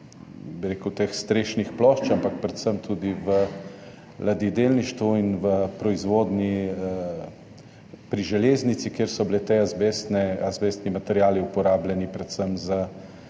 proizvodnji strešnih plošč, ampak predvsem tudi v ladjedelništvu in v proizvodnji pri železnici, kjer so bili ti azbestni materiali uporabljeni predvsem za